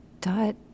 Dot